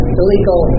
illegal